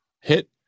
Hit